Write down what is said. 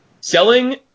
Selling